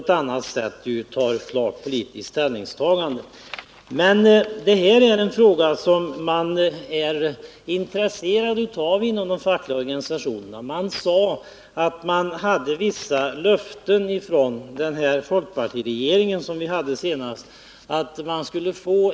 I skrivelse till industridepartementet har Landstingsförbundet med åberopande av kommunallagens bestämmelser svarat att utan ändring i avtal och stadgar för resp. fond kan varken själva valet eller en ovillkorlig nomineringsrätt överflyttas på annan församling än landstinget självt.